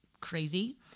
crazy